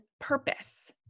purpose